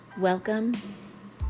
welcome